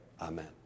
amen